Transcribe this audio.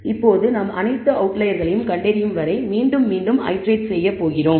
இப்போது நாம் அனைத்து அவுட்லயர்களையும் கண்டறியும் வரை மீண்டும் மீண்டும் இடரெட் செய்யப் போகிறோம்